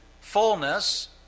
fullness